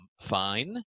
fine